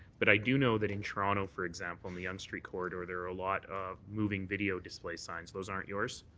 but i do know that in toronto for example in the yonge street corridor there are a lot of moving video display signs. those aren't yours?